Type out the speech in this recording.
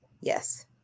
Yes